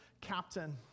captain